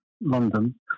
London